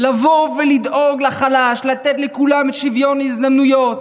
לבוא ולדאוג לחלש, לתת לכולם שוויון הזדמנויות,